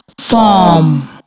farm